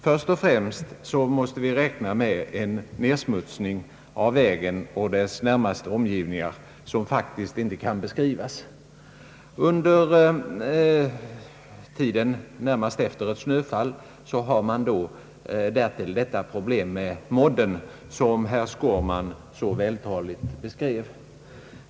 Först och främst måste vi räkna med en nedsmutsning av vägen och dess närmaste omgivningar som faktiskt inte kan beskrivas. Under tiden närmast efter ett snöfall har man därtill de problem med modden, som herr Skårman så vältaligt beskrev.